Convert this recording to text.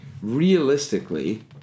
Realistically